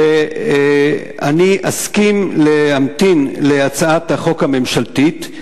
שאני אסכים להמתין להצעת החוק הממשלתית,